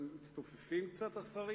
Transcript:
מצטופפים קצת השרים,